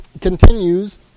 continues